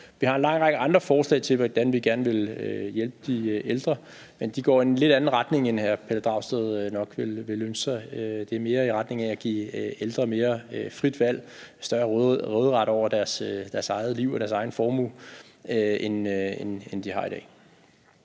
Vi har en lang række andre forslag til, hvordan vi gerne vil hjælpe de ældre, men de går i en lidt anden retning, end hr. Pelle Dragsted nok ville ønske sig. De går mere i retning af at give ældre mere frit valg og større råderet over deres eget liv og deres egen formue, end de har i dag.